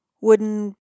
wooden